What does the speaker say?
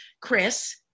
Chris